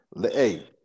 Hey